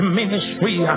ministry